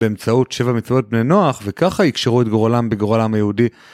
באמצעות שבע מצוות בני נוח וככה יקשרו את גורלם בגורלם היהודי